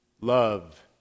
Love